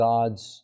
God's